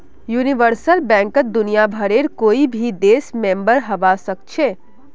universal बैंकत दुनियाभरेर कोई भी देश मेंबर हबा सखछेख